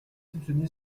soupçonné